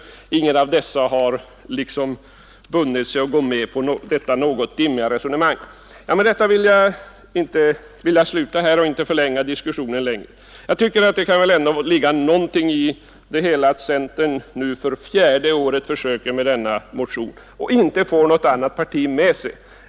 Han har inte heller bundit sig för att gå med på detta något dimmiga resonemang. Med detta vill jag sluta och inte förlänga diskussionen. Det kan ligga någonting i att centern nu för fjärde året försöker med denna motion utan att få något annat parti med sig.